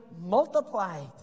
multiplied